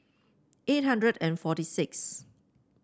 eight hundred and forty six